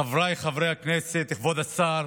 חבריי חברי הכנסת, כבוד השר,